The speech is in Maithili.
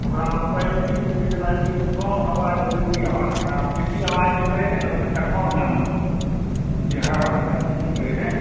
ओकरामे क्वालिटी होइ छै जेनाकि कम आवाज बेसी आवाज जेना बेसी आवाज जे करै छै ने ओ कनि तऽ कम दाममे मिल जाइ छै जे आवाज बेसी करै छै